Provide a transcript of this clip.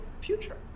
future